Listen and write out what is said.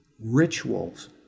rituals